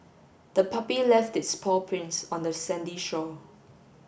the puppy left its paw prints on the sandy shore